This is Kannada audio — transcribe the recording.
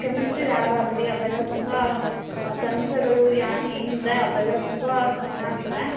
ಕೆಮಿಸ್ಟ್ರಿ ಲ್ಯಾಬ್ ಆಗಲಿ ಅವೆಲ್ಲ ತುಂಬ ತಂತ್ರಗಳು ಯ ಏನು ಇವೆ ಅವೆಲ್ಲ ತುಂಬ ಚೆನಾಗಿವೆ